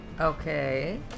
Okay